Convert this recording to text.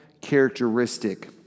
characteristic